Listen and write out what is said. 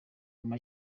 mama